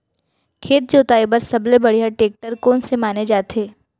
खेत जोताई बर सबले बढ़िया टेकटर कोन से माने जाथे?